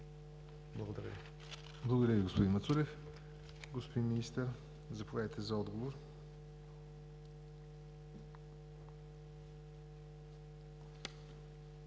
Благодаря Ви, господин Мацурев. Господин Министър, заповядайте за отговор